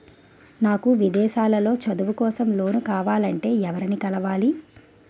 నాకు విదేశాలలో చదువు కోసం లోన్ కావాలంటే ఎవరిని కలవాలి?